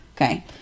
okay